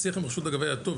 השיח עם הרשות אגב היה טוב,